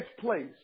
place